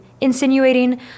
insinuating